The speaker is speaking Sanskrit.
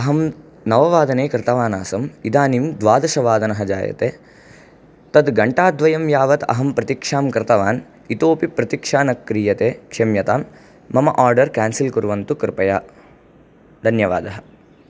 अहं नववादने कृतवान् आसम् इदानीं द्वादशवादनं जायते तत् गण्टाद्वयं यावत् अहं प्रतीक्षां कृतवान् इतोपि प्रतीक्षा न क्रियते क्षम्यताम् मम आर्डर् केन्सल् कुर्वन्तु कृपया धन्यवादः